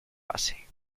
hace